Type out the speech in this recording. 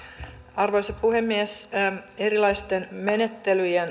arvoisa puhemies erilaisten menettelyjen